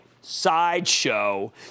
sideshow